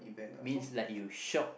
means like you shock